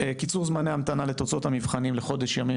קיצור זמני ההמתנה לתוצאות המבחנים לחודש ימים,